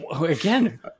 Again